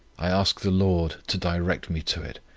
i ask the lord to direct me to it,